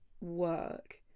work